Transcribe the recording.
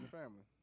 family